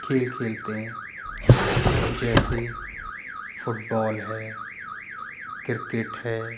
खेल खेलते हैं जैसे फुटबॉल है क्रिकेट है